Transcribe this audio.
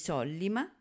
Sollima